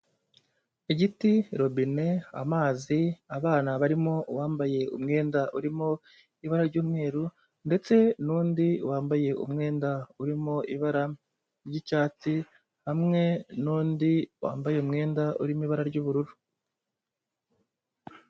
Igiti, robine, amazi, abana barimo uwambaye umwenda urimo ibara ry'umweru ndetse n'undi wambaye umwenda urimo ibara ry'icyatsi hamwe n'undi wambaye umwenda urimo ibara ry'ubururu.